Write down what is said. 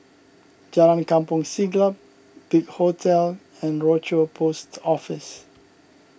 Jalan Kampong Siglap Big Hotel and Rochor Post Office